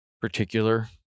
particular